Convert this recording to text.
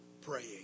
praying